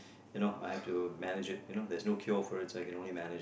you know I have to mange it you know there's no cure for it so I have to manage it